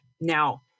Now